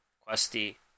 Questi